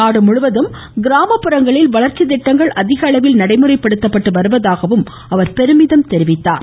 நாடுமுழுவதும் கிராமப்புறங்களில் வளர்ச்சி திட்டங்கள் அதிகளவில் நடைமுறைப்படுத்தப்பட்டு வருவதாகவும் அவர் பெருமிதம் தெரிவித்தார்